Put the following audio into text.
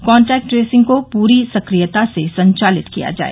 contact tracing को पूरी सक्रियता से संचालित किया जाए